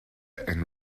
and